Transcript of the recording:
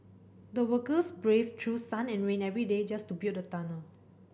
the workers braved through sun and rain every day just to build the tunnel